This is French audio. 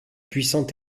puissant